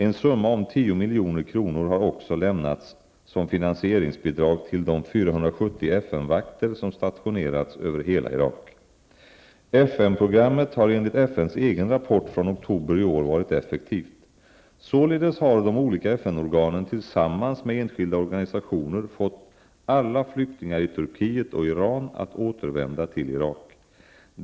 En summa om 10 milj.kr. har också lämnats som finansieringsbidrag till de 470 FN-vakter som stationerats över hela Irak. FN-programmet har enligt FNs egen rapport från oktober i år varit effektivt. Således har de olika FN organen tillsammans med enskilda organisationer fått alla flyktingar i Turkiet och Iran att återvända till Irak.